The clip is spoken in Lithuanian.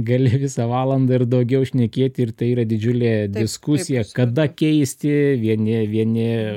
gali visą valandą ir daugiau šnekėti ir tai yra didžiulė diskusija kada keisti vieni vieni